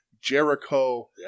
Jericho